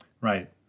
Right